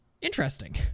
Interesting